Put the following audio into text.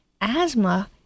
asthma